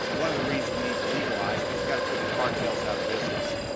one of the reason we need to legalize, because you got to put the cartels out of business.